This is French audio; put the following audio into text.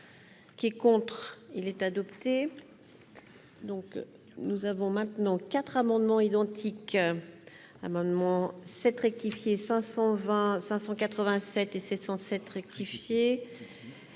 qui est contre, il est adopté, donc nous avons maintenant quatre amendements identiques, amendement 7 rectifié 520 587 et 707 rectifié